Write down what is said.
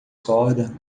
corda